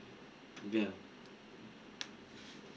yeah